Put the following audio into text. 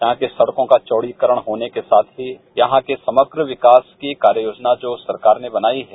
यहां की सड़कों का चौड़ीकरण होने के साथ ही यहां की समग्रर विकास की कार्य योजना जो सरकार ने बनाई है